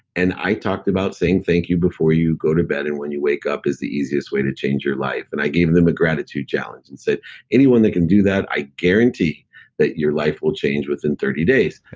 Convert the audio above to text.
and i talked about saying thank you before you go to bed and when you wake up is the easiest way to change your life. and i gave them the gratitude challenge, and said anyone that can do that, i guarantee that your life will change within thirty days.